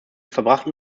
verbrachten